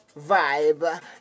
vibe